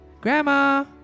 Grandma